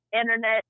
internet